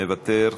מוותר,